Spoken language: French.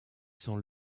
sans